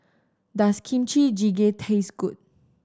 does Kimchi Jjigae taste good